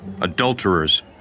adulterers